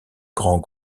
grands